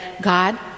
God